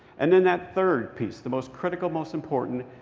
and then that third piece the most critical, most important.